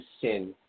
sin